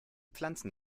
pflanzen